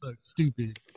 stupid